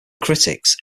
critics